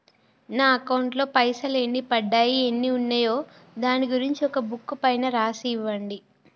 నా అకౌంట్ లో పైసలు ఎన్ని పడ్డాయి ఎన్ని ఉన్నాయో దాని గురించి ఒక బుక్కు పైన రాసి ఇవ్వండి?